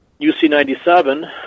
UC-97